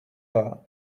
her